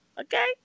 okay